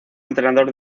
entrenador